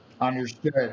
Understood